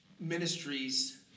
Ministries